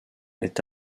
est